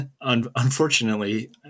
unfortunately